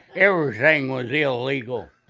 everything was illegal,